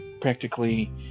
practically